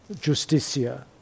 justicia